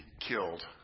killed